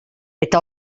eta